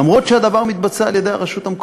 למרות שהדבר מתבצע על-ידי הרשות המקומית.